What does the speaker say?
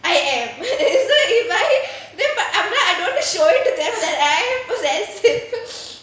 I am so if I then but I'm like I don't show it to them I am possessive